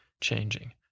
changing